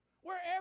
wherever